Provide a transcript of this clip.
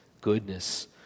goodness